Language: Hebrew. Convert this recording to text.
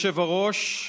אדוני היושב-ראש,